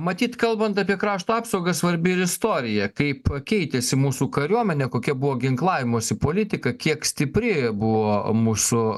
matyt kalbant apie krašto apsaugą svarbi ir istorija kaip keitėsi mūsų kariuomenė kokia buvo ginklavimosi politika kiek stipri buvo mūsų